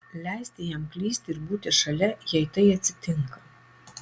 leisti jam klysti ir būti šalia jei tai atsitinka